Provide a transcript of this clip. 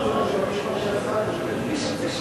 אני, מה שהשר ביקש.